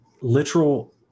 literal